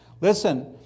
listen